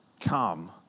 come